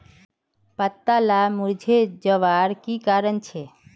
पत्ता लार मुरझे जवार की कारण छे?